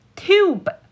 tube